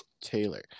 Taylor